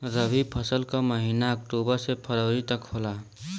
रवी फसल क महिना अक्टूबर से फरवरी तक होला